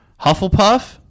Hufflepuff